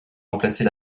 remplacer